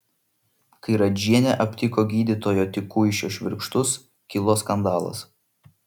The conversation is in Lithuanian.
kai radžienė aptiko gydytojo tikuišio švirkštus kilo skandalas